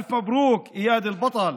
אלף מברוכ, איאד הגיבור.